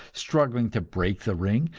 struggling to break the ring,